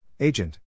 Agent